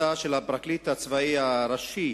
ההחלטה של הפרקליט הצבאי הראשי